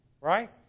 right